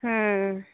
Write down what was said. ᱦᱢ